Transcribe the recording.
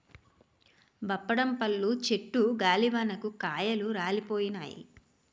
బప్పడం పళ్ళు చెట్టు గాలివానకు కాయలు రాలిపోయినాయి